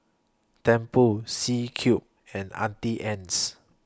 Tempur C Cube and Auntie Anne's